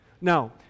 now